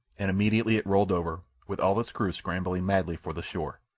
and immediately it rolled over, with all its crew scrambling madly for the shore.